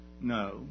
No